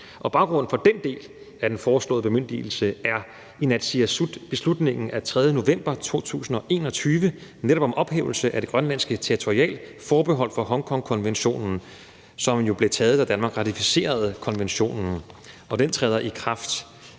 Baggrunden for den del af den foreslåede bemyndigelse er Inatsisartutbeslutningen af 3. november 2021 om netop ophævelse af det grønlandske territorialforbehold for Hongkongkonventionen, som jo blev lavet, da Danmark ratificerede konventionen. Den træder i kraft